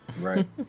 Right